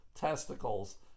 testicles